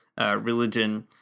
religion